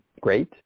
great